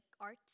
art